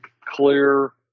clear